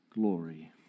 glory